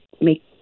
make